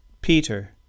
Peter